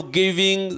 giving